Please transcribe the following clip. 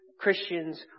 Christians